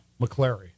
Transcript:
McClary